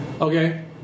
okay